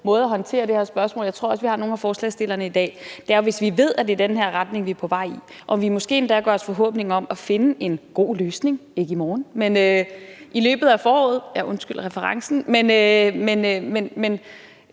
måde at håndtere det her spørgsmål på – jeg tror også, at vi har nogle af forslagsstillerne her i dag – er, hvis vi ved, at det er den her retning, vi er på vej i, og måske endda gør os forhåbninger om at finde en god løsning, ikke i morgen, men i løbet af foråret. Ja, undskyld referencen. Men